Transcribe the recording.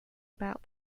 about